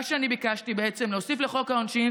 מה שאני ביקשתי בעצם זה להוסיף לחוק העונשין